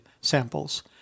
samples